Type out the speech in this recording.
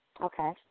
okay